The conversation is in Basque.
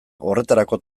horretarako